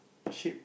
sheep